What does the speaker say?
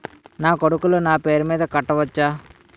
నా కొడుకులు నా పేరి మీద కట్ట వచ్చా?